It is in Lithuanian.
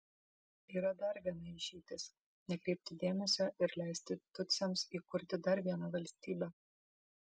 yra dar viena išeitis nekreipti dėmesio ir leisti tutsiams įkurti dar vieną valstybę